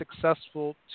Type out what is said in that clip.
successful